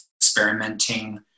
experimenting